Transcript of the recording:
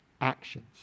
actions